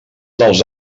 dels